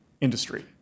industry